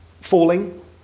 falling